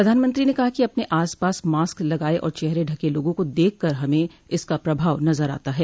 प्रधानमत्री ने कहा कि अपने आस पास मास्क लगाये और चेहरा ढके लोगों को देखकर हमें इसका प्रभाव नजर आता है